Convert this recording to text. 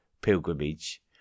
pilgrimage